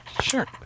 Sure